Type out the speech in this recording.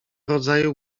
rodzaju